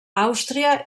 àustria